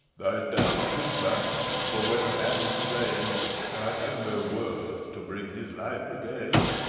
thy doubt is mine for when a man is slain, i have no words to bring his life again.